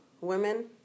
women